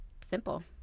Simple